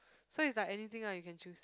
so it's like anything lah you can choose